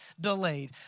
delayed